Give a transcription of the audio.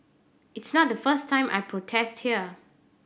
it's not the first time I protest here